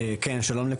שלום.